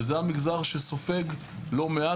וזה המגזר שסופג לא מעט,